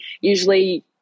Usually